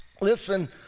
Listen